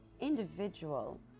individual